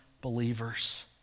believers